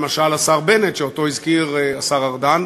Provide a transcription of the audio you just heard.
למשל השר בנט שהזכיר השר ארדן.